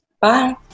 Bye